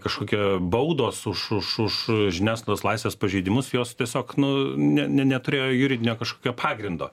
kažkokia baudos už žiniasklaidos laisvės pažeidimus jos tiesiog nu ne ne neturėjo juridinio kažkokio pagrindo